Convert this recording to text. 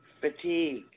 fatigue